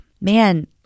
man